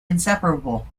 inseparable